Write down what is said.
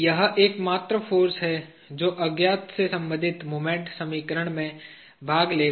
यह एकमात्र फाॅर्स है जो अज्ञात से संबंधित मोमेंट समीकरण में भाग लेगा